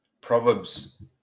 proverbs